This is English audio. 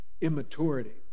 immaturity